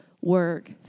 work